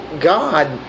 God